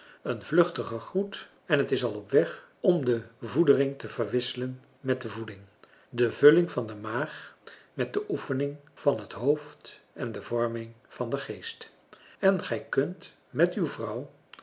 een vluchtige groet en het is al op weg om de voedering te verwisselen met de voeding de vulling van de maag met de oefening van het hoofd en de vorming van den geest en gij kunt met uw vrouw